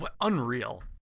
unreal